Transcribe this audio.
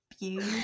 Beauty